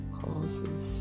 causes